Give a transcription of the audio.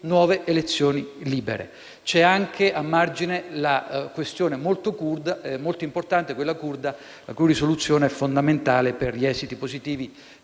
nuove elezioni libere. A margine, c'è anche una questione molto importante, quella curda, la cui risoluzione è fondamentale per gli esiti positivi